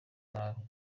nabi